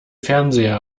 fernseher